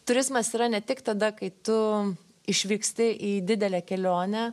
turizmas yra ne tik tada kai tu išvyksti į didelę kelionę